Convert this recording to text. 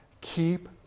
keep